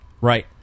right